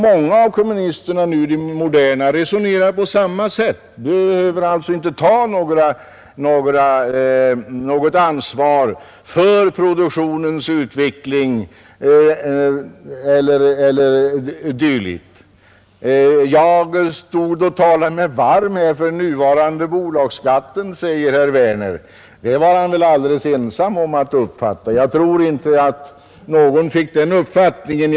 ” Många av de moderna kommunisterna resonerar på samma sätt: vi behöver inte ta något ansvar för produktionens utveckling. Herr Werner i Tyresö säger att jag stod och talade mig varm för den nuvarande bolagsskatten. Att uppfatta mig så var han väl alldeles ensam om. Jag tror inte att någon annan fick den uppfattningen.